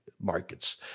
markets